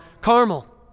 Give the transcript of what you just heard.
Carmel